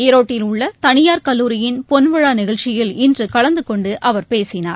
ஈரோட்டில் உள்ள தனியார் கல்லூரியின் பொன் விழா நிகழ்ச்சியில் இன்று கலந்துகொண்டு அவர் பேசினார்